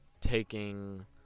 taking